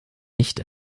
nicht